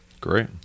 Great